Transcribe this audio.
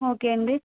okay అండి